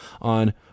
on